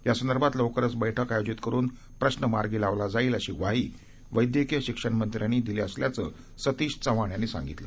यासंदर्भात लवकरच बैठक आयोजित करून प्रश्न मार्गी लावला जाईल अशी ग्वाही वैद्यकीय शिक्षणमंत्री अमित देमशुख यांनी दिली असल्याचं सतीश चव्हाण यांनी सांगितलं